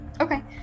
Okay